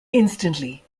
instantly